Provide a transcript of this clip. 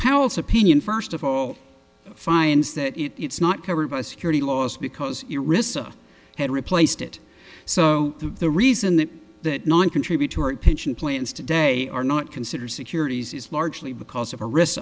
powells opinion first of all finds that it's not covered by security laws because your rissa had replaced it so the reason that that noncontributory pension plans today are not considered securities is largely because of a risk